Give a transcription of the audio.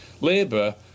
Labour